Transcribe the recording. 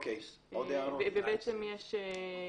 בסדר.